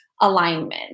alignment